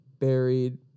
buried